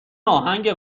آهنگ